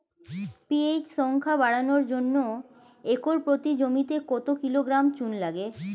PH সংখ্যা বাড়ানোর জন্য একর প্রতি জমিতে কত কিলোগ্রাম চুন লাগে?